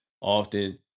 often –